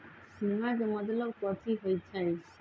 बीमा के मतलब कथी होई छई?